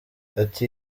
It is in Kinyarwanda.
ati